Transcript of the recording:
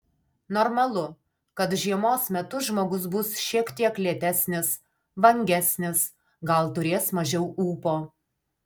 normalu kad žiemos metu žmogus bus šiek tiek lėtesnis vangesnis gal turės mažiau ūpo